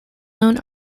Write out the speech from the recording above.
known